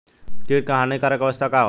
कीट क हानिकारक अवस्था का होला?